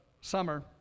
summer